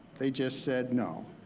they just said no.